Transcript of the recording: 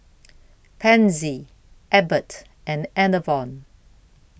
Pansy Abbott and Enervon